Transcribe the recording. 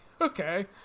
okay